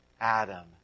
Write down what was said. Adam